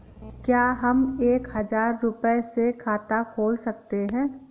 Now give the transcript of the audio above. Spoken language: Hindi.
क्या हम एक हजार रुपये से खाता खोल सकते हैं?